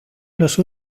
los